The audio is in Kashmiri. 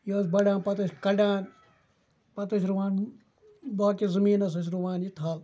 یہِ ٲس بَڑان پَتہٕ ٲسۍ کَڑان پَتہٕ ٲسۍ رُوان باقٕیَس زٔمیٖنَس ٲسۍ رُوان یہِ تھَل